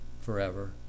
forever